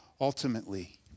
ultimately